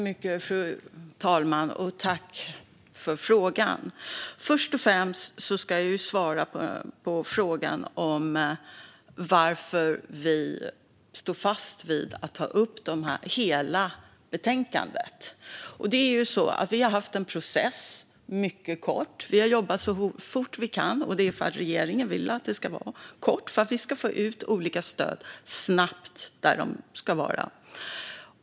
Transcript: Fru talman! Först och främst vill jag svara på frågan om varför vi står fast vid att ta upp hela betänkandet. Vi har haft en mycket kort process. Vi har jobbat så fort vi kunnat för att regeringen har velat det så att man kan få ut olika stöd snabbt dit där de ska vara.